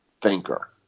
thinker